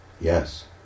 Yes